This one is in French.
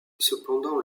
cependant